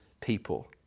people